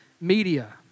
media